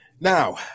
now